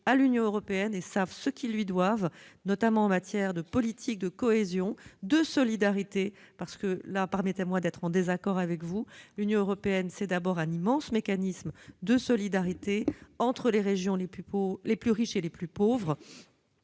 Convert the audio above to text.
à l'Union européenne et savent ce qu'ils lui doivent, notamment en matière de politique de cohésion et de solidarité. À cet égard, pardonnez-moi d'être en désaccord avec vous, monsieur le sénateur : l'Union européenne, c'est d'abord un immense mécanisme de solidarité entre les régions les plus riches et les régions plus pauvres,